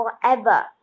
forever